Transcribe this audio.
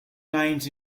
names